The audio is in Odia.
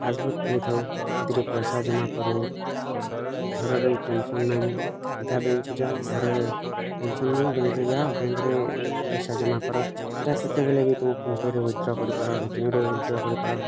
ପାସ୍ବୁକ୍ ଖୋଲିଥାଉ ସେଥିରେ ପଇସା ଜମା କରୁ ଘରରେ ଟେନସନ୍ ନାହିଁ ସିଧା ବ୍ୟାଙ୍କ୍କୁ ଯାଉ ଘରରେ ଟେନସନ୍ ନାହିଁ ବ୍ୟାଙ୍କ୍ରେ ଯାଅ ବ୍ୟାଙ୍କ୍ରେ ପଇସା ଜମା କର ସେଇଟା କେତେବେଲେ ବି ତୁମ ଫୋନ୍ ପେରେ ୱଇଥ୍ଡ଼୍ର କରିପାର ଏଟିଏମ୍ରେ ୱଇଥ୍ଡ଼୍ର କରିପାର